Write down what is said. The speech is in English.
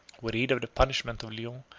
we read of the punishment of lyons,